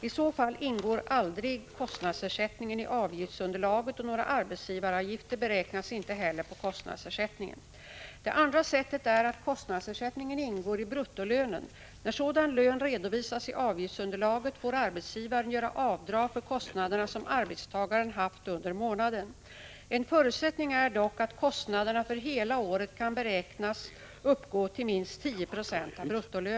I så fall ingår aldrig kostnadsersättningen i avgiftsunderlaget, och några arbetsgivaravgif ter beräknas inte heller på kostnadsersättningen. Prot. 1985/86:17 Det andra sättet är att kostnadsersättningen ingår i bruttolönen. När sådan = 24oktober 1985 lön redovisas i avgiftsunderlaget får arbetsgivaren göra avdrag för kostnader som arbetstagaren haft under månaden. En förutsättning är dock att AO Sa ad kostnaderna för hela året kan beräknas uppgå till minst 10 96 av bruttolönen.